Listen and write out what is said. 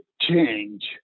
change